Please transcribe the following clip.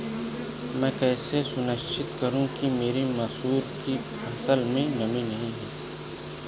मैं कैसे सुनिश्चित करूँ कि मेरी मसूर की फसल में नमी नहीं है?